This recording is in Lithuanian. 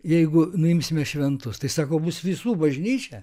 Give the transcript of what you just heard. jeigu nuimsime šventus tai sako bus visų bažnyčia